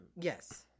Yes